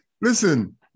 listen